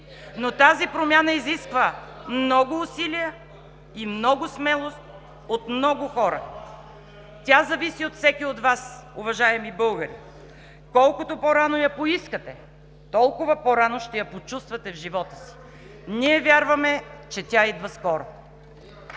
но тази промяна изисква много усилия и много смелост от много хора. Тя зависи от всеки от Вас, уважаеми българи – колкото по-рано я поискате, толкова по-рано ще я почувствате в живота си! Ние вярваме, че тя идва скоро!